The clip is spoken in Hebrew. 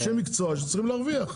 אלה אנשי מקצוע שצריכים להרוויח.